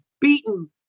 beaten